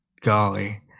golly